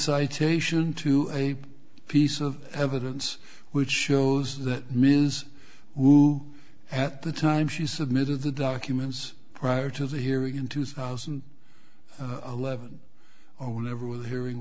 citation to a piece of evidence which shows that means at the time she submitted the documents prior to the hearing in two thousand and eleven oh never with hearing